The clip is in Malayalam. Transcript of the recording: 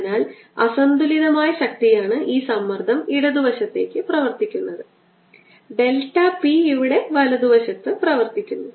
അതിനാൽ അസന്തുലിതമായ ശക്തിയാണ് ഈ സമ്മർദ്ദം ഇടതുവശത്തേക്ക് പ്രവർത്തിക്കുന്നത് ഡെൽറ്റ p ഇവിടെ വലതുവശത്ത് പ്രവർത്തിക്കുന്നു